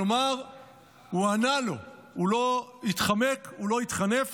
כלומר הוא ענה לו, הוא לא התחמק, הוא לא התחנף.